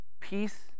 peace